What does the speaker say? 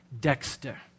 Dexter